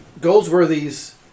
Goldsworthy's